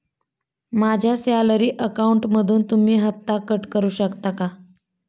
माझ्या सॅलरी अकाउंटमधून तुम्ही हफ्ता कट करू शकता का?